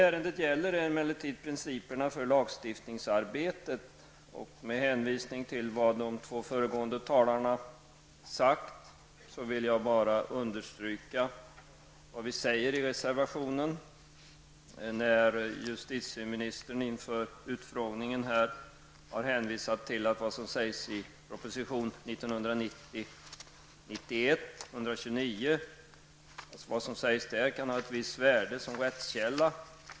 Ärendet gäller emellertid principerna för lagstiftningsarbetet. Med hänvisning till vad de två föregående talarna har sagt, vill jag bara understryka vad vi säger i reservationen mot bakgrund av att justitieministern inför utskottsutfrågningen har hänvisat till att vad som sägs i proposition 1990/91:129 kan ha ett visst värde som rättskälla.